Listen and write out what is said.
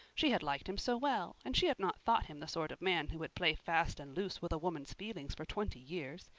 she had liked him so well, and she had not thought him the sort of man who would play fast and loose with a woman's feelings for twenty years.